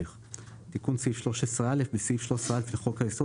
"תיקון סעיף 13א3. בסעיף 13א לחוק היסוד,